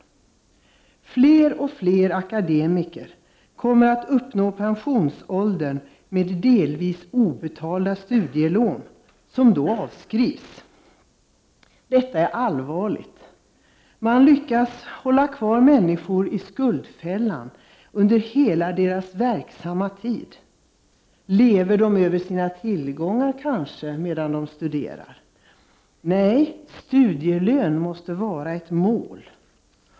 Fler och fler akademiker kommer att uppnå pensionsåldern med delvis obetalda studielån, som då avskrivs. Detta är allvarligt. Man lyckas hålla kvar människor i skuldfällan under hela deras verksamma tid. Lever de kanske över sina tillgångar medan de studerar? Nej, studielön måste vara ett mål.